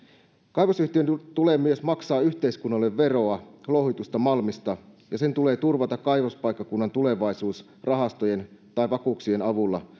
kaivosyhtiön tulee myös maksaa yhteiskunnalle veroa louhitusta malmista ja sen tulee turvata kaivospaikkakunnan tulevaisuus rahastojen tai vakuuksien avulla